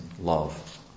love